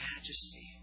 majesty